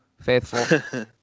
faithful